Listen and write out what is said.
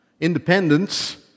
Independence